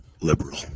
liberal